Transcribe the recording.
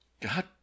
God